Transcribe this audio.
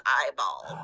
eyeball